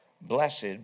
blessed